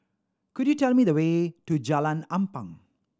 could you tell me the way to Jalan Ampang